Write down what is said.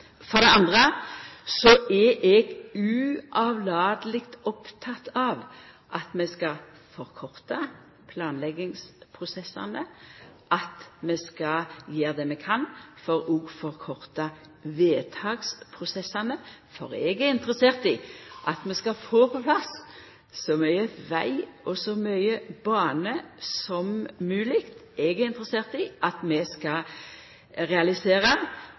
For det andre er eg uavlateleg oppteken av at vi skal forkorta planleggingsprosessane, og at vi skal gjera det vi kan for òg å forkorta vedtaksprosessane, for eg er interessert i at vi skal få på plass så mykje veg og så mykje bane som mogleg. Eg er interessert i at vi skal